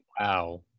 Wow